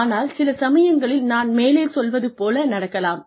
ஆனால் சில சமயங்களில் நான் மேலே சொல்வது போல நடக்கலாம்